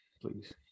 please